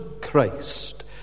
Christ